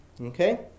Okay